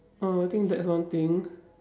oh I think that's one thing